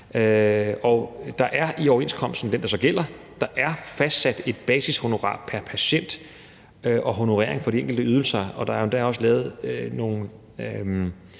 Der er i overenskomsten, altså den, der så gælder, fastsat et basishonorar pr. patient og en honorering for de enkelte ydelser, og der er jo endda også lavet nogle